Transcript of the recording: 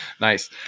nice